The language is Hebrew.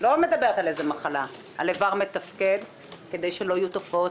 לא מדברת על איזו מחלה - על איבר מתפקד כדי שלא יהיו תופעות